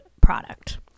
product